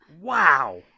Wow